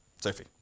sophie